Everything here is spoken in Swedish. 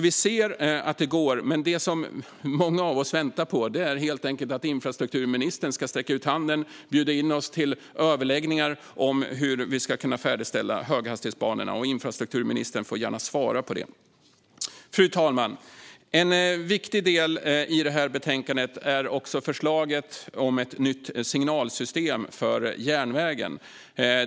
Vi ser att det går, men det som många av oss väntar på är helt enkelt att infrastrukturministern ska sträcka ut handen och bjuda in oss till överläggningar om hur vi ska kunna färdigställa höghastighetsbanorna. Infrastrukturministern får gärna svara på det. Fru talman! En viktig del i betänkandet är också förslaget om ett nytt signalsystem för järnvägen.